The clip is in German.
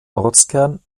ortskern